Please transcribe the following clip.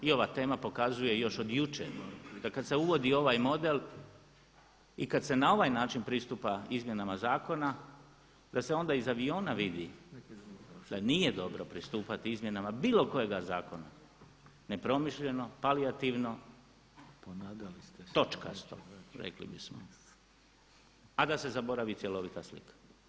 I ova tema pokazuje još od jučer da kada se uvodi ovaj model i kada se na ovaj način pristupa izmjenama zakona da se onda iz aviona vidi da nije dobro pristupati izmjenama bilo kojega zakona nepromišljeno, palijativno, točkasto rekli bismo, a da se zaboravi cjelovita slika.